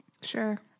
Sure